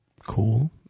Cool